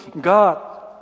God